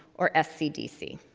or scdc.